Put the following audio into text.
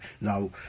Now